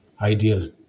ideal